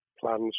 plans